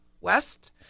west